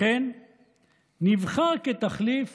לכן נבחר כתחליף